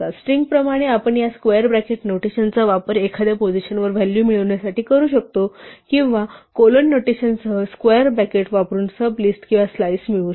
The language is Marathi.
स्ट्रिंग प्रमाणे आपण या स्क्वेअर ब्रॅकेट नोटेशनचा वापर एखाद्या पोझिशनवर व्हॅल्यू मिळवण्यासाठी करू शकतो किंवा कोलन नोटेशनसह स्क्वेअर ब्रॅकेट वापरून सब लिस्ट किंवा स्लाईस मिळवू शकतो